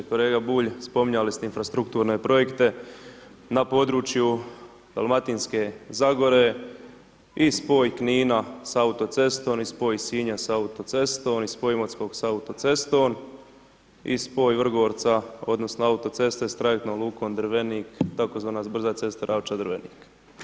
Kolega Bulj, spominjali ste infrastrukturne projekte na području Dalmatinske zagore i spoj Knina sa autocestom i spoj Sinja sa autocestom i spoj Imotskog sa autocestom i spoj Vrgorca odnosno autoceste s Trajektnom lukom Drvenik tzv. brza cesta Ravča-Drvenik.